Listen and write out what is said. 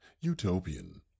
utopian